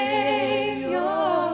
Savior